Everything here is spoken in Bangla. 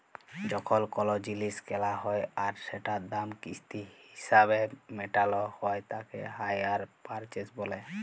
যখল কল জিলিস কেলা হ্যয় আর সেটার দাম কিস্তি হিছাবে মেটাল হ্য়য় তাকে হাইয়ার পারচেস ব্যলে